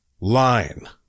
line